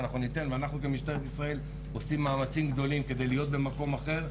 ואנחנו כמשטרת ישראל עושים מאמצים גדולים כדי להיות במקום אחר,